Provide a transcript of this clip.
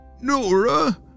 Nora